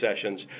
sessions